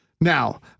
Now